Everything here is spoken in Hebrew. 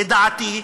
לדעתי,